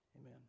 Amen